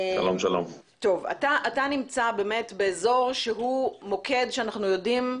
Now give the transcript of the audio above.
אתה נמצא באמת באזור שהוא מוקד שאנחנו יודעים,